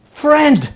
Friend